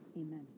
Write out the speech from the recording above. Amen